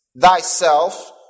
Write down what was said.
thyself